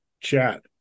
chat